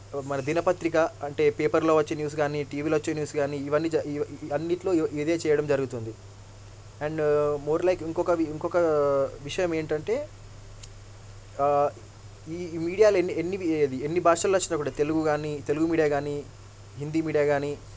మన దినపత్రిక అంటే పేపర్లో వచ్చే న్యూస్ కానీ టీవీలో వచ్చే న్యూస్ కానీ ఇవన్నీ అన్నిటిలో ఇదే చేయడం జరుగుతుంది అండ్ మోర్ లైక్ ఇంకొక ఇంకొక విషయం ఏంటంటే ఈ మీడియాలో ఎన్ని ఎన్ని ఎన్ని భాషల్లో వచ్చినా గానీ తెలుగు గానీ తెలుగు మీడియా గానీ హిందీ మీడియా గానీ